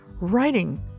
writing